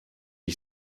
ich